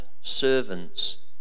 servants